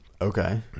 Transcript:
okay